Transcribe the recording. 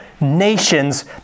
nations